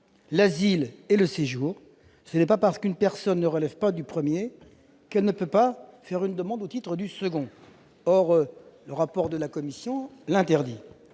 l'asile et le séjour : ce n'est pas parce qu'une personne ne relève pas du premier qu'elle ne peut faire une demande au titre du second. Or le dispositif introduit par la commission l'interdit.